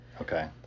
okay